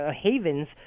havens